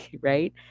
right